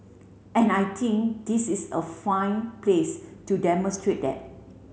and I think this is a fine place to demonstrate that